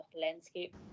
landscape